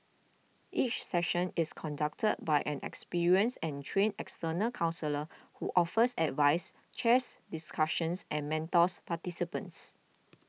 each session is conducted by an experienced and trained external counsellor who offers advice chairs discussions and mentors participants